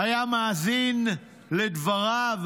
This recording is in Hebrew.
נתניהו היה מאזין לדבריו,